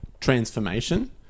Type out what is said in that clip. transformation